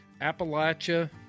Appalachia